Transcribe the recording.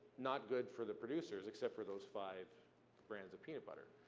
not good for the producers, except for those five brands of peanut butter,